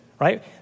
right